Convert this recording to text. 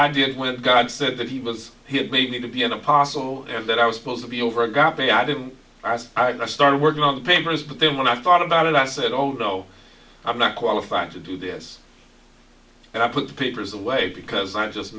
i didn't when god said that he was he had made me to be an apostle and that i was supposed to be over a gap and i didn't i say i started working on papers but then when i thought about it i said oh no i'm not qualified to do this and i put the papers away because i just